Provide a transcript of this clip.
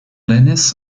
dennis